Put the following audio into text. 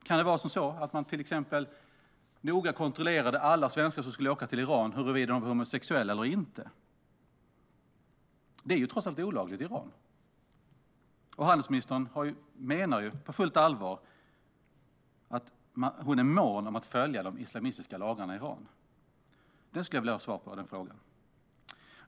Kan det vara så att man noga kontrollerade huruvida de svenskar som skulle åka till Iran var homosexuella eller inte? Det är ju trots allt olagligt i Iran. Handelsministern menar på fullt allvar att hon är mån om att följa de islamistiska lagarna i Iran. Jag skulle vilja ha svar på den frågan.